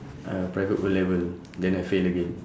uh private O-level then I fail again